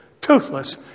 toothless